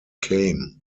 came